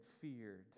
feared